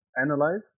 analyze